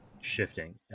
shifting